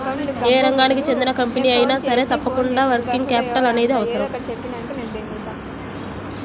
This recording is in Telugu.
యే రంగానికి చెందిన కంపెనీ అయినా సరే తప్పకుండా వర్కింగ్ క్యాపిటల్ అనేది అవసరం